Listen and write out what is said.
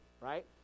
right